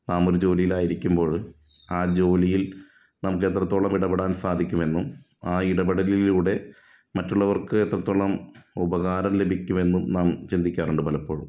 നാമൊരു ജോലിയിലായിരുക്കുമ്പോൾ ആ ജോലിയിൽ നമുക്കെത്രത്തോളം ഇടപെടാൻ സാധിക്കുമെന്നും ആ ഇടപെടലിലൂടെ മറ്റുള്ളവർക്ക് എത്രത്തോളം ഉപകാരം ലഭിക്കുമെന്നും നാം ചിന്തിക്കാറുണ്ട് പലപ്പോഴും